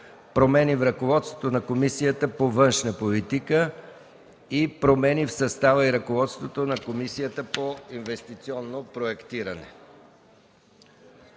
промени в ръководството на Комисията по външна политика и промени в състава и ръководството на Комисията по инвестиционно проектиране.